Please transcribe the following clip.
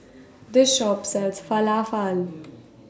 This Shop sells Falafel